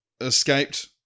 escaped